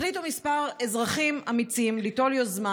החליטו כמה אזרחים אמיצים ליטול יוזמה